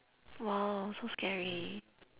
!wow! so scary